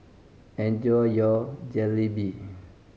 enjoy your Jalebi